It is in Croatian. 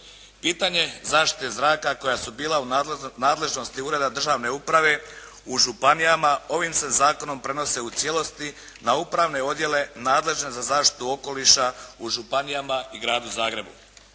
pitanje zaštite zraka koja su bila u nadležnosti ureda državne uprave u županijama, ovim se zakonom prenose u cijelosti na upravne odjele nadležne za zaštitu okoliša u županijama i Gradu Zagrebu.